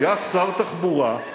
היה שר תחבורה,